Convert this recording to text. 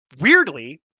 Weirdly